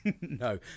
no